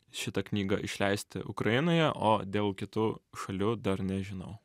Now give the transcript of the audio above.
šitą knygą išleisti ukrainoje o dėl kitų šalių dar nežinau